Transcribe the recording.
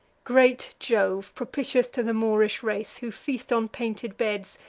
great jove! propitious to the moorish race, who feast on painted beds,